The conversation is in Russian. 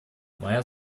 моя